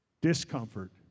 Discomfort